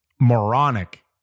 moronic